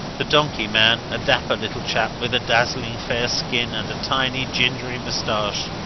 the donkeyman, a dapper little chap with a dazzling fair skin and a tiny, gingery moustache,